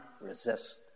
resist